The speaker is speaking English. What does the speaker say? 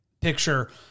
picture